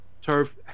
Turf